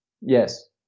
Yes